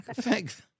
Thanks